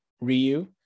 Ryu